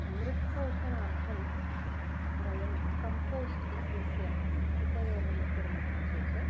मृत्कोषणार्थं वयं कम्पोस्ट् इत्यस्य उपयोगं कुर्मः चेत्